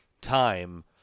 time